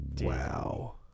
Wow